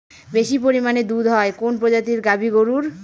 বেশি পরিমানে দুধ হয় কোন প্রজাতির গাভি গরুর?